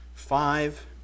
five